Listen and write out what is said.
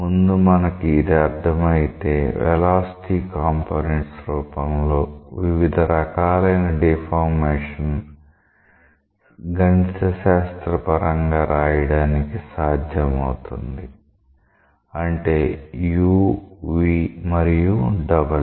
ముందు మనకి ఇది అర్థమైతే వెలాసిటీ కాంపోనెంట్స్ రూపంలో వివిధ రకాలైన డిఫార్మేషన్స్ గణిత శాస్త్ర పరంగా రాయడానికి సాధ్యమవుతుంది అంటే u v మరియు w